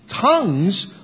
Tongues